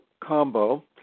combo